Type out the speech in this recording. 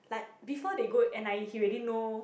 like before they go n_i_e he ready know